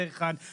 זה אחד --- לא,